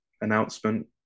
announcement